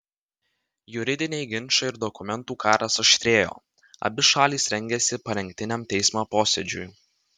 juridiniai ginčai ir dokumentų karas aštrėjo abi šalys rengėsi parengtiniam teismo posėdžiui